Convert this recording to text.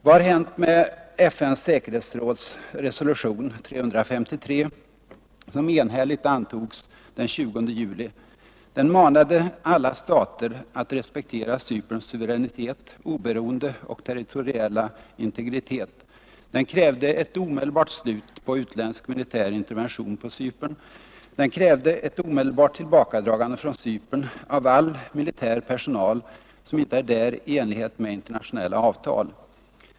Vad har hänt med FN:s säkerhetsråds resolution 353, som enhälligt antogs den 20 juli? Den manade alla stater att respektera Cyperns suveränitet, oberoende och territoriella integritet. Den krävde ett omedelbart slut på utländsk militär intervention på Cypern. Den krävde ett omedelbart tillbakadragande från Cypern av all militär personal, som inte är där i enlighet med internationella avtal.